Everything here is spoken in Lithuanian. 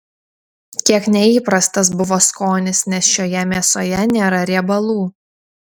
kiek neįprastas buvo skonis nes šioje mėsoje nėra riebalų